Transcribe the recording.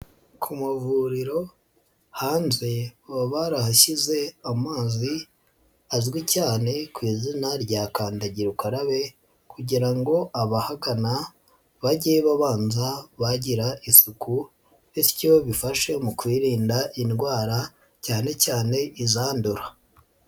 Ku mavuriro hanze baba barahashyize amazi azwi cyane ku izina rya kandagira ukarabe kugira ngo abahakana bajye babanza bagira isuku, bityo bifashe mu kwirinda indwara cyane cyane izandura.